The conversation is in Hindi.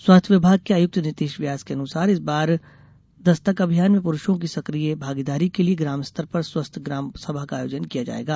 स्वास्थ्य विभाग के आयुक्त नीतेश व्यास के अनुसार इस बार दस्तक अभियान में पुरूषों की सक्रिय भागीदारी के लिये ग्राम स्तर पर स्वस्थ ग्राम सभा का आयोजन किया जायेगा